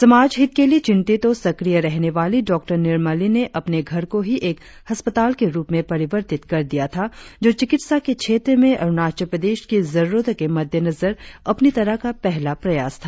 समाज हित के लिए चिंतित और सक्रिय रहने वाली डॉ निरमली ने अपने घर को ही एक अस्पताल के रुप में परिवर्तित कर दिया था जो चिकित्सा के क्षेत्र में अरुणाचल प्रदेश की जरुरतों के मद्देनजर अपनी तरह का पहला प्रयास था